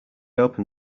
open